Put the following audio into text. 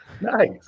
Nice